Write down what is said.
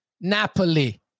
Napoli